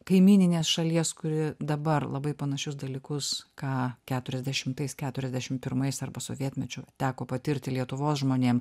kaimyninės šalies kuri dabar labai panašius dalykus ką keturiasdešimtais keturiasdešim pirmais arba sovietmečiu teko patirti lietuvos žmonėm